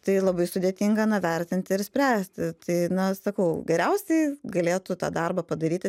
tai labai sudėtinga na vertinti ir spręsti tai na sakau geriausiai galėtų tą darbą padaryti